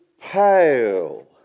pale